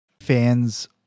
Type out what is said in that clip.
fans